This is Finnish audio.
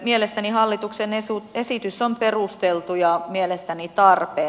mielestäni hallituksen esitys on perusteltu ja tarpeen